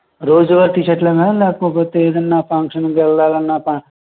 రోజువాడే టీ షర్టలా మేడం లేకపోతే ఏద్దన్న ఫంక్షన్కి వెళ్ళాలన్న ప